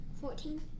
Fourteen